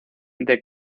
the